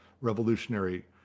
revolutionary